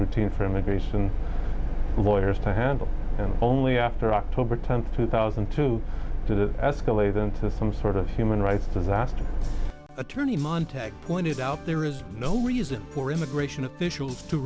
routine for immigration lawyers to handle and only after october tenth two thousand and two to escalate into some sort of human rights disaster attorney manteca pointed out there is no reason for immigration officials to